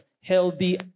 Healthy